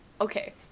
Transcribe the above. Okay